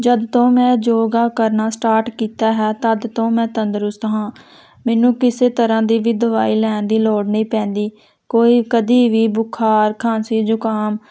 ਜਦ ਤੋਂ ਮੈਂ ਯੋਗਾ ਕਰਨਾ ਸਟਾਰਟ ਕੀਤਾ ਹੈ ਤਦ ਤੋਂ ਮੈਂ ਤੰਦਰੁਸਤ ਹਾਂ ਮੈਨੂੰ ਕਿਸੇ ਤਰ੍ਹਾਂ ਦੀ ਵੀ ਦਵਾਈ ਲੈਣ ਦੀ ਲੋੜ ਨਹੀਂ ਪੈਂਦੀ ਕੋਈ ਕਦੀ ਵੀ ਬੁਖਾਰ ਖਾਂਸੀ ਜੁਕਾਮ